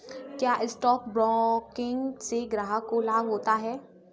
क्या stock broking से ग्राहक को लाभ होता है?